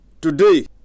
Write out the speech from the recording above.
Today